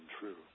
true